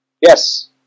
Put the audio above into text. yes